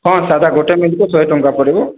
ହଁ ସାଧା ଗୋଟିଏ ମିଲ୍ କୁ ଶହେ ଟଙ୍କା ପଡ଼ିବ